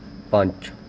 ਪੰਜ